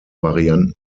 varianten